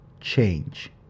change